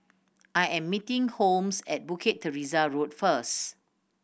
I am meeting Holmes at Bukit Teresa Road first